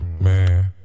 Man